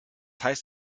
heißt